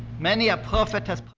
many a prophet has